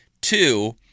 Two